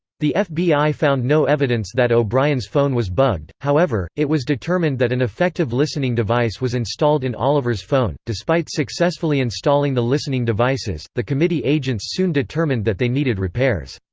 the fbi found no evidence that o'brien's phone was bugged however, it was determined that an effective listening device was installed in oliver's phone despite successfully installing the listening devices, the committee agents soon determined that they needed repairs.